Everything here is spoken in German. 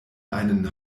einen